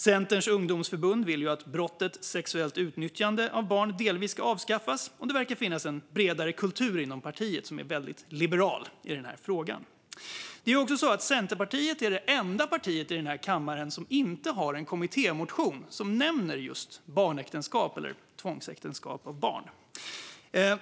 Centerns ungdomsförbund vill att brottet sexuellt utnyttjande av barn delvis ska avskaffas, och det verkar finnas en bredare kultur inom partiet som är väldigt liberal i den här frågan. Centerpartiet är också det enda partiet i den här kammaren som inte har en kommittémotion som nämner just barnäktenskap eller tvångsäktenskap med barn.